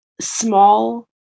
small